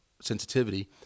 Sensitivity